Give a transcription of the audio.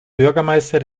bürgermeister